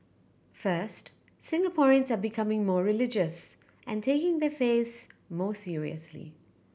first Singaporeans are becoming more religious and taking their faiths more seriously